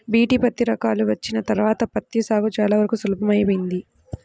BT పత్తి రకాలు వచ్చిన తర్వాత పత్తి సాగు చాలా వరకు సులభతరమైంది